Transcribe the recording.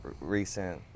recent